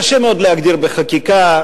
קשה מאוד להגדיר בחקיקה,